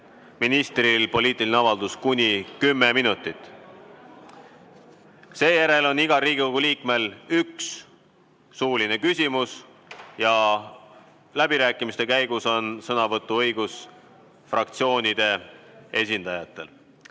ministri poliitiline avaldus kuni kümme minutit, seejärel on igal Riigikogu liikmel üks suuline küsimus ja läbirääkimiste käigus on sõnavõtuõigus fraktsioonide esindajatel.